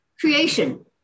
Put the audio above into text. creation